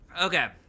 Okay